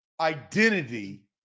identity